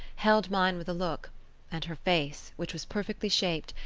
held mine with a look and her face, which was perfectly shaped,